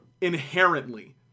inherently